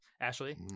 Ashley